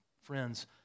Friends